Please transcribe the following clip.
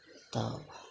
तऽ